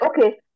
okay